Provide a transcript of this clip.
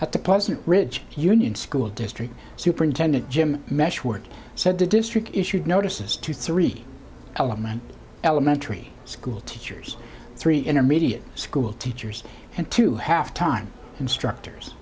present rich union school district superintendent jim meshwork said the district issued notices to three element elementary school teachers three intermediate school teachers and two half time instructors